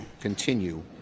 continue